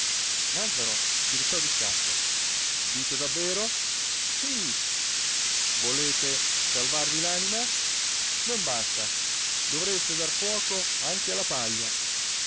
nàzzaro si rizzò di scatto dite davvero sì volete salvarvi l'anima non basta dovreste dar fuoco anche alla paglia